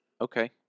Okay